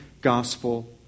gospel